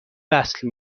وصل